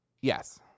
yes